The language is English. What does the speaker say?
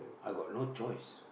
I got no choice